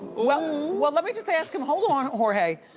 well well let me just ask him. hold on, jorge.